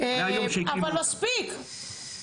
מהיום שהקימו אותם.